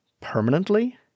permanently